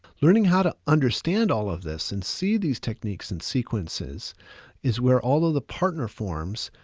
learning how to understand all of this and see these techniques and sequences is where all of the partner forms,